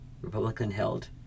Republican-held